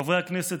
חברי הכנסת,